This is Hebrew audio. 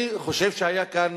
אני חושב שהיו כאן,